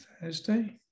Thursday